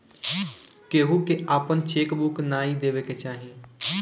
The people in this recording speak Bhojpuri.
केहू के आपन चेक बुक नाइ देवे के चाही